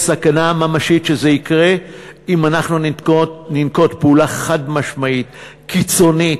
יש סכנה ממשית שזה יקרה אם ננקוט פעולה חד-משמעית קיצונית,